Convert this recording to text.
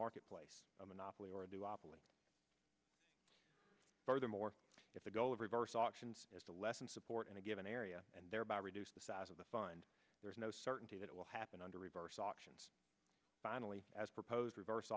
marketplace a monopoly or do operate furthermore if the goal of reverse auctions is the less and support in a given area and thereby reduce the size of the fund there is no certainty that it will happen under reverse auctions finally as proposed reverse